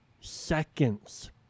seconds